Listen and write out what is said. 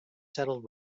settled